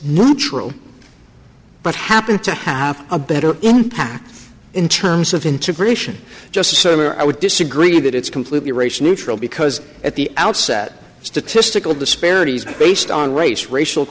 neutral but happen to have a better impact in terms of integration just certainly i would disagree that it's completely race neutral because at the outset statistical disparities based on race racial